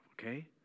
okay